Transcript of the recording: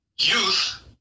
Youth